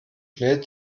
schnell